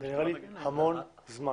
זה נראה לי המון זמן.